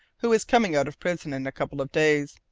who is coming out of prison in a couple of days.